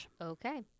Okay